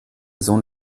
sohn